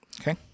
Okay